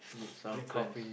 meet some friends